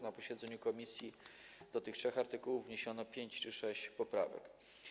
Na posiedzeniu komisji do tych trzech artykułów wniesiono pięć czy sześć poprawek.